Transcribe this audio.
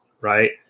right